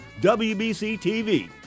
WBC-TV